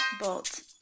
Bolt